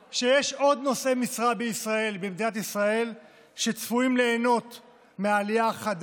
הכנסת, ייהנו מהעלייה,